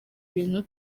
bintu